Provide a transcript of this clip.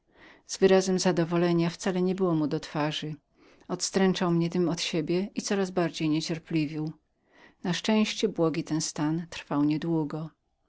takowego zadowolenia wcale nie przypadał mu do twarzy nadto odstręczał mnie od niego i coraz bardziej niecierpliwił na szczęście błogi ten stan trwał